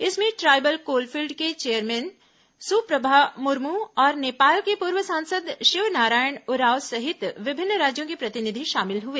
इसमें tribal coal field के chairman Suprabha Murmu और नेपाल के पूर्व सांसद शिव नारायण उराव सहित विभिन्न राज्यों के प्रतिनिधि शामिल हुए